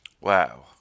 Wow